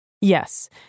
Yes